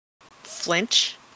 flinch